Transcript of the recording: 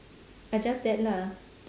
ah just that lah